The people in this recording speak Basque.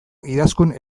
idazkun